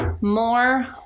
more